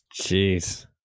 Jeez